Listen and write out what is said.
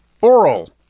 oral